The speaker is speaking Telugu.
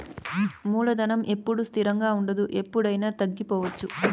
మూలధనం ఎప్పుడూ స్థిరంగా ఉండదు ఎప్పుడయినా తగ్గిపోవచ్చు